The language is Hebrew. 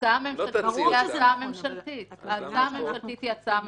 ההצעה הממשלתית היא ההצעה הממשלתית,